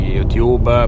YouTube